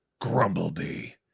Grumblebee